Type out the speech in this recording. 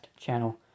channel